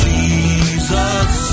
Jesus